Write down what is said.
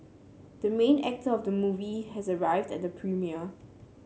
the main actor of the movie has arrived at the premiere